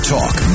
Talk